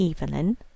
evelyn